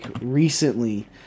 recently